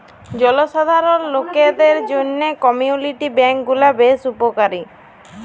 জলসাধারল লকদের জ্যনহে কমিউলিটি ব্যাংক গুলা বেশ উপকারী